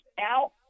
out